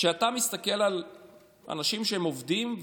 כשאתה מסתכל על אנשים עובדים,